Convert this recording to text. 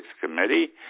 committee